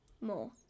more